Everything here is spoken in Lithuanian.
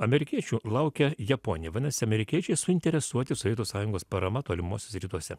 amerikiečių laukia japonija vadinasi amerikiečiai suinteresuoti sovietų sąjungos parama tolimuosiuose rytuose